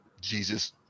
Jesus